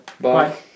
Bye